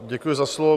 Děkuji za slovo.